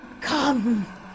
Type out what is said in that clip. Come